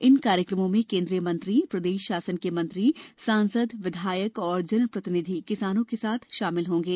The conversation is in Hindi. इन कार्यक्रमों में केन्द्रीय मंत्री प्रदेश शासन के मंत्री सांसद विधायक एवं जनप्रतिनिधि किसानों के साथ शामिल होंगे